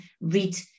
read